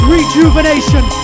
Rejuvenation